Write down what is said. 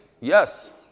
Yes